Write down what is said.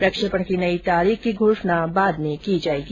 प्रक्षेपण की नयी तारीख की घोषणा बाद में की जाएगी